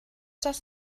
das